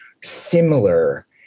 similar